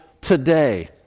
today